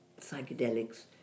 psychedelics